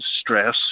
stress